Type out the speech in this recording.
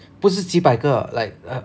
不是几百个 like u~